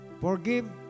Forgive